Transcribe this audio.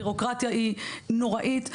הביורוקרטיה היא נוראית,